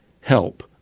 help